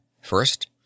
first